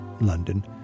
London